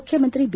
ಮುಖ್ಯಮಂತ್ರಿ ಬಿ